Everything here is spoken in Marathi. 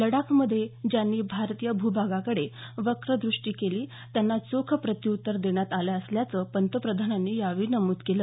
लडाखमधे ज्यांनी भारतीय भूभागाकडे वक्र द्रष्टी केली त्यांना चोख प्रत्युत्तर देण्यात आलं असल्याचं पंतप्रधानांनी यावेळी नमुद केलं